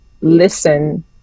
listen